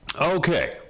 Okay